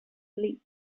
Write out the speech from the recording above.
sleep